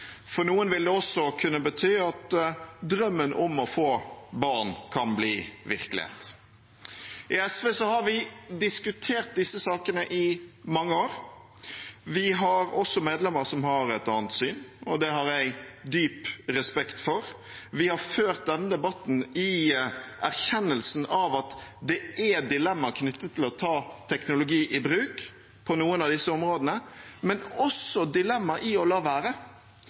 For noen vil det også kunne bety at drømmen om å få barn kan bli virkelighet. I SV har vi diskutert disse sakene i mange år. Vi har også medlemmer som har et annet syn, og det har jeg dyp respekt for. Vi har ført denne debatten i erkjennelsen av at det er dilemmaer knyttet til å ta teknologi i bruk på noen av disse områdene, men også dilemmaer ved å la være.